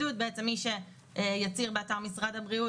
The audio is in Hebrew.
ההחלטה הייתה שזה ייכנס לתוקף ב-3 באוקטובר וכי לא ניתן לחכות.